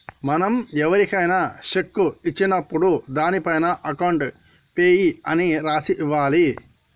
మనం ఎవరికైనా శెక్కు ఇచ్చినప్పుడు దానిపైన అకౌంట్ పేయీ అని రాసి ఇవ్వాలి